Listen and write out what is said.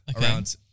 around-